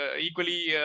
equally